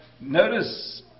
notice